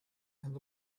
and